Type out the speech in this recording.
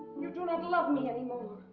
you do not love me anymore.